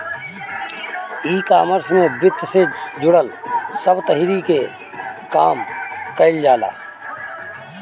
ecommerce में वित्त से जुड़ल सब तहरी के काम कईल जाला